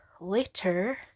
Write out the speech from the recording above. later